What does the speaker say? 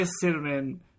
Cinnamon